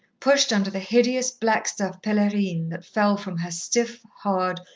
pushed under the hideous black-stuff pelerine that fell from her stiff, hard,